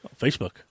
Facebook